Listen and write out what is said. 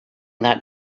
that